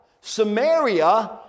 Samaria